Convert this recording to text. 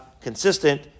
consistent